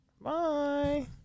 Bye